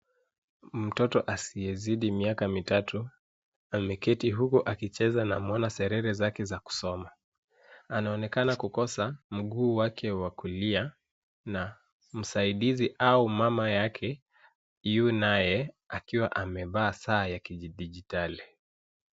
Mtoto asiyezidi miaka mitatu ameketi huku akicheza na mwanaserere zake za kusoma. Anaonekana kukosa mguu wake wa kulia na msaidizi au mama yake yu Naye akiwa amevaa saa ya kidijitali.